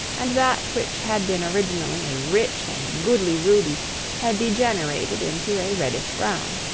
and that which had been originally a rich and goodly ruby had degenerated into a reddish brown.